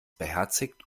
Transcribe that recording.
beherzigt